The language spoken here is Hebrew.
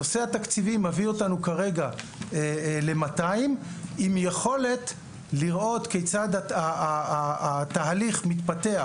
הנושא התקציבי מביא אותנו כרגע ל-200 עם יכולת לראות כיצד התהליך מתפתח